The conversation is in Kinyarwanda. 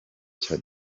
cya